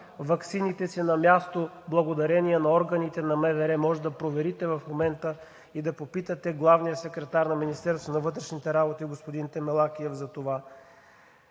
ваксините си на място благодарение на органите на МВР. Може да проверите в момента и да попитате главния секретар на Министерството на вътрешните работи господин Темелакиев за това.